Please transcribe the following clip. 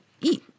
eat